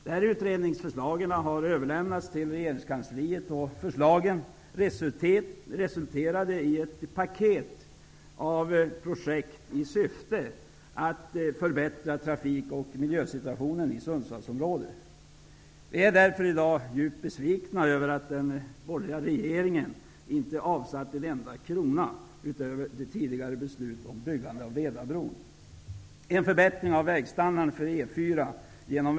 Dessa utredningsförslag har överlämnats till regeringskansliet och förslagen resulterade i ett paket av projekt i syfte att förbättra trafik och miljösituationen i Sundsvallsområdet. Vi är därför i dag djupt besvikna över att den borgerliga regeringen inte avsatt en enda krona utöver dem som det redan beslutats om när det gäller byggandet av Vedabron.